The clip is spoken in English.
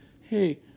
Hey